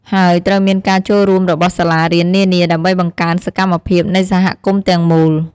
ហើយត្រូវមានការចូលរួមរបស់សាលារៀននានា ដើម្បីបង្កើនសកម្មភាពនៃសហគមន៍ទាំងមូល។